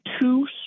two